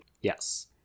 yes